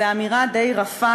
זו אמירה די רפה,